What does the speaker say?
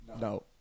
no